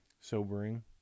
sobering